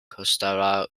costará